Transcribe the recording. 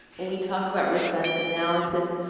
when we talk about risk-benefit analysis,